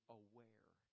aware